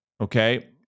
okay